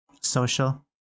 social